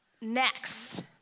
next